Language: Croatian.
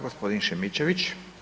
Gospodin Šimičević.